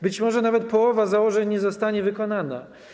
Być może nawet połowa założeń nie zostanie wykonana.